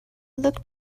looked